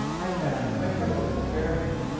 i found, by several experiments,